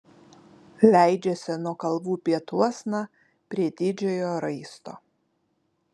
leidžiasi nuo kalvų pietuosna prie didžiojo raisto